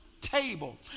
table